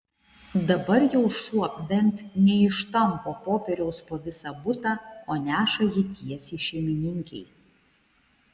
dabar jau šuo bent neištampo popieriaus po visą butą o neša jį tiesiai šeimininkei